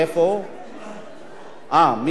הצעה מס'